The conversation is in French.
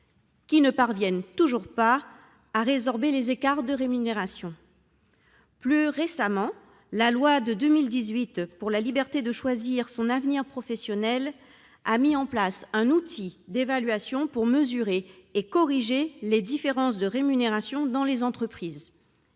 qui ne parviennent toujours pas à résorber les écarts de rémunération. Plus récemment, la loi du 5 septembre 2018 pour la liberté de choisir son avenir professionnel a mis en place un outil d’évaluation pour mesurer et corriger les différences de rémunération dans les entreprises.